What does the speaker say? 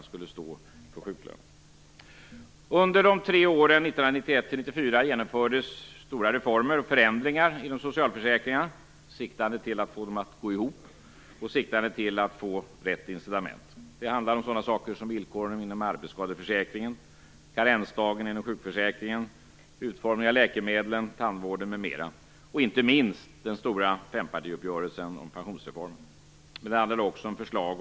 Under de tre åren 1991-1994 genomfördes stora reformer och förändringar inom socialförsäkringarna, siktande till att få dem att gå ihop och till att få rätt incitament. Det handlade om sådana saker som villkoren inom arbetsskadeförsäkringen, karensdagen inom sjukförsäkringen, utformningen av läkemedelsförmånen, tandvårdförsäkringen m.m., och inte minst om den stora fempartiuppgörelsen om pensionsreformen.